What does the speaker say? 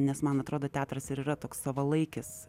nes man atrodo teatras ir yra toks savalaikis